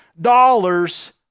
dollars